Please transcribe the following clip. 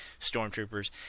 Stormtroopers